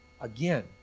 again